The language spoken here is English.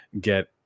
get